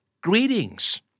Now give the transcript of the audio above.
greetings